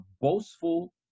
boastful